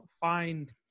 find